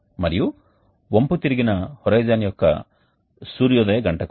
మరియు వంపుతిరిగిన హోరిజోన్ యొక్క సూర్యోదయ గంట కోణం